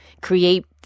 create